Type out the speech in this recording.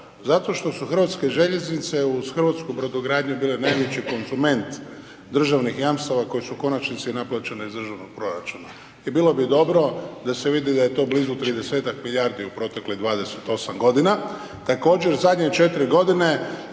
Zato što su hrvatske željeznice uz hrvatsku brodogradnju bile najveći konzument državnih jamstava koje su u konačnici naplaćene iz državnog proračuna i bilo bi dobro da se vidi da je to blizu 30-ak milijardi u proteklih 28 g.